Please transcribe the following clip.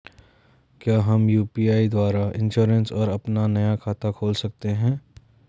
क्या हम यु.पी.आई द्वारा इन्श्योरेंस और अपना नया खाता खोल सकते हैं?